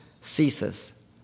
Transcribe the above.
ceases